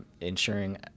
ensuring